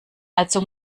also